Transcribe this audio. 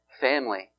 family